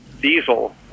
diesel